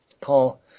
Paul